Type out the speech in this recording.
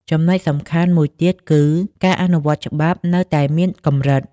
ចំណុចសំខាន់មួយទៀតគឺ ការអនុវត្តច្បាប់នៅតែមានកម្រិត។